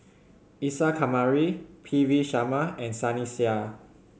Isa Kamari P V Sharma and Sunny Sia